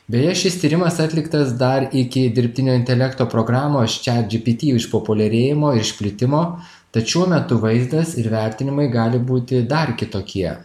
beje šis tyrimas atliktas dar iki dirbtinio intelekto programos chat gpt išpopuliarėjimo ir išplitimo tad šiuo metu vaizdas ir vertinimai gali būti dar kitokie